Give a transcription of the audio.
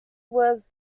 was